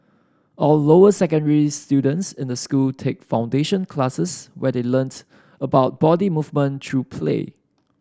all lower secondary students in the school take foundation classes where they learn about body movement through play